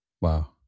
Wow